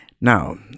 Now